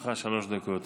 לרשותך שלוש דקות.